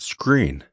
Screen